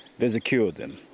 there's a queue of them.